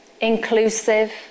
inclusive